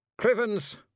Criven's